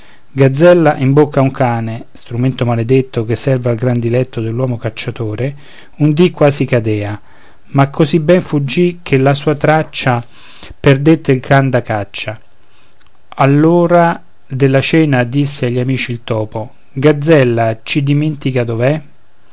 gazzella in bocca a un cane strumento maledetto che serve al gran diletto dell'uomo cacciatore un dì quasi cadea ma così ben fuggì che la sua traccia perdette il can da caccia all'ora della cena disse agli amici il topo gazzella ci dimentica dov'è